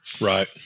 Right